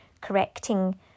correcting